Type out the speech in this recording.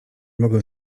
mogę